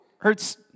hurts